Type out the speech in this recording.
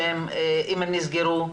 שאם נסגרו,